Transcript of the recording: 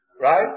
right